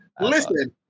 Listen